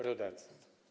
Rodacy!